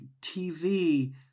TV